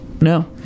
No